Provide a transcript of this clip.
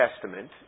Testament